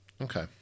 okay